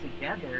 together